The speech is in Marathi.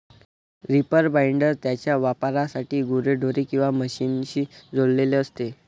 रीपर बाइंडर त्याच्या वापरासाठी गुरेढोरे किंवा मशीनशी जोडलेले असते